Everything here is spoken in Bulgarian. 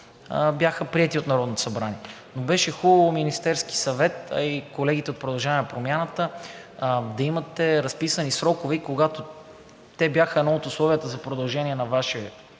бяха приети от Народното събрание. Но беше хубаво Министерският съвет, а и колегите от „Продължаваме Промяната“, да имате разписани срокове. И когато те бяха едно от условията за продължение на Ваше